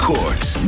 Court's